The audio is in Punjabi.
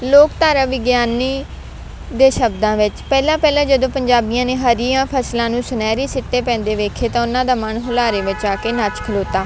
ਲੋਕ ਧਾਰਾ ਵਿਗਿਆਨੀ ਦੇ ਸ਼ਬਦਾਂ ਵਿੱਚ ਪਹਿਲਾਂ ਪਹਿਲਾਂ ਜਦੋਂ ਪੰਜਾਬੀਆਂ ਨੇ ਹਰੀਆਂ ਫਸਲਾਂ ਨੂੰ ਸੁਨਹਿਰੀ ਸਿੱਟੇ ਪੈਂਦੇ ਵੇਖੇ ਤਾਂ ਉਹਨਾਂ ਦਾ ਮਨ ਹੁਲਾਰੇ ਵਿੱਚ ਆ ਕੇ ਨੱਚ ਖਲੋਤਾ